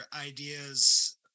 ideas